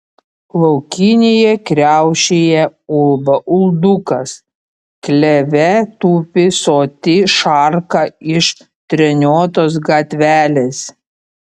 laukinėje kriaušėje ulba uldukas kleve tupi soti šarka iš treniotos gatvelės